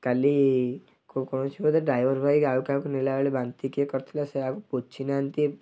କାଲି କୌଣସି ବୋଧେ ଡ୍ରାଇଭର୍ ଭାଇ ଆଉ କାହାକୁ ନେଲା ବେଳେ ବାନ୍ତି କିଏ କରିଥିଲା ସିଏ ଆଉ ପୋଛି ନାହାଁନ୍ତି